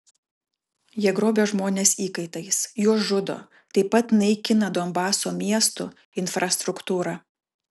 jie grobia žmones įkaitais juos žudo taip pat naikina donbaso miestų infrastruktūrą